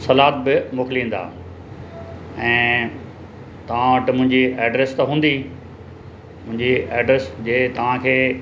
salad बि मोकिलींदा ऐं तव्हां वटि मुंहिंजी एड्रेस त हूंदी मुंहिंजी एड्रेस जे तव्हांखे